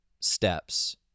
steps